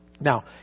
Now